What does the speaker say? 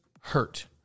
hurt